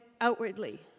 outwardly